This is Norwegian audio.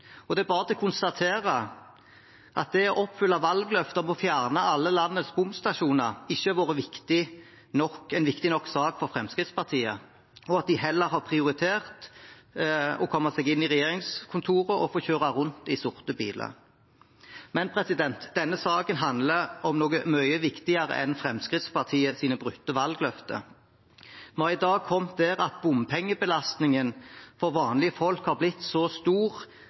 at det å oppfylle valgløftet om å fjerne alle landets bomstasjoner ikke har vært en viktig nok sak for Fremskrittspartiet, og at de heller har prioritert å komme seg inn i regjeringskontorene og få kjøre rundt i sorte biler. Men denne saken handler om noe mye viktigere enn Fremskrittspartiets brutte valgløfter. Vi har i dag kommet dit at bompengebelastningen for vanlige folk har blitt så stor